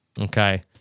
Okay